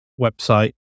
website